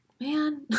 man